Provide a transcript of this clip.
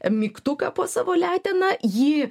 mygtuką po savo letena jį